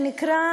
שנקרא